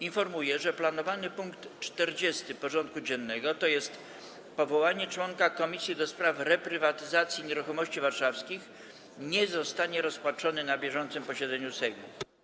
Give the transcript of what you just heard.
Informuję, że planowany punkt 40. porządku dziennego, tj. powołanie członka komisji do spraw reprywatyzacji nieruchomości warszawskich, nie zostanie rozpatrzony na bieżącym posiedzeniu Sejmu.